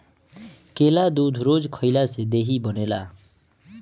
केला दूध रोज खइला से देहि बनेला